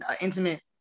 intimate